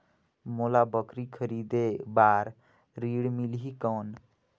मोला बकरी खरीदे बार ऋण मिलही कौन?